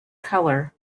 color